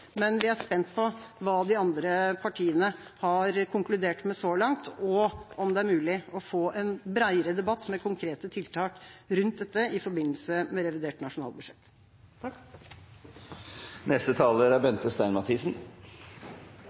men vi er spent på hva de andre partiene har konkludert med så langt, og om det er mulig å få en bredere debatt med konkrete tiltak rundt dette i forbindelse med revidert nasjonalbudsjett.